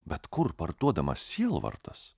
bet kur parduodamas sielvartas